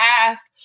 ask